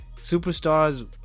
superstars